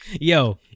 Yo